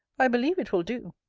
i believe it will do.